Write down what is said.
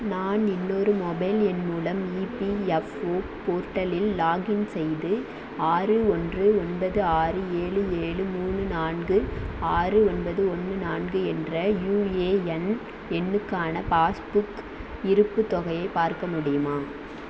நான் இன்னொரு மொபைல் எண் மூலம் இபிஎஃப்ஒ போர்ட்டலில் லாக்இன் செய்து ஆறு ஒன்று ஒன்பது ஆறு ஏழு ஏழு மூணு நான்கு ஆறு ஒன்பது ஒன்று நான்கு என்ற யுஏஎன் எண்ணுக்கான பாஸ்புக் இருப்புத் தொகையை பார்க்க முடியுமா